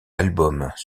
albums